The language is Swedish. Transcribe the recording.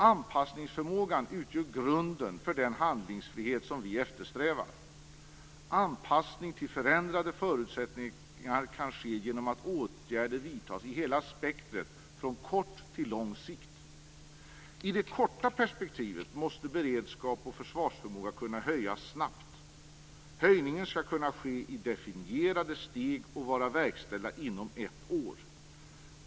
Anpassningsförmågan utgör grunden för den handlingsfrihet som vi eftersträvar. Anpassning till förändrade förutsättningar kan ske genom att åtgärder vidtas i hela spektrumet från kort till lång sikt. I det korta perspektivet måste beredskap och försvarsförmåga kunna höjas snabbt. Höjningen skall kunna ske i definierade steg och vara verkställd inom ett år.